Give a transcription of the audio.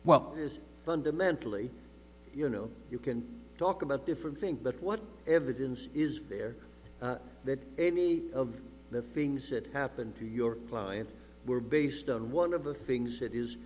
there is fundamentally you know you can talk about different think that what evidence is there that any of the things that happened to your were based on one of the things that is